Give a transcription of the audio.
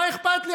מה אכפת לי,